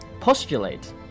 Postulate